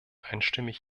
einstimmig